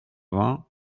vingts